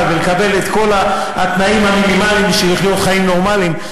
ולקבל את כל התנאים המינימליים בשביל לחיות חיים נורמליים,